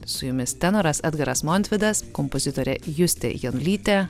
su jumis tenoras edgaras montvidas kompozitorė justė janulytė